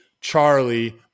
Charlie